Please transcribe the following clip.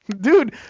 Dude